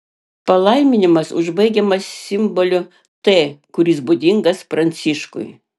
palaiminimas užbaigiamas simboliu t kuris būdingas pranciškui